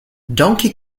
donkey